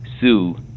sue